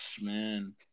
Man